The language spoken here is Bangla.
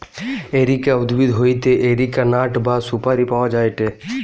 এরিকা উদ্ভিদ হইতে এরিকা নাট বা সুপারি পাওয়া যায়টে